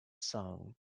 song